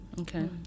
Okay